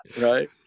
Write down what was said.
right